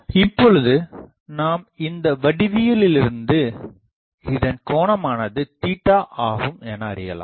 இப்பொழுது நாம் இந்த வடிவியலிலிருந்து இதன் கோணமானது ஆகும் என அறியலாம்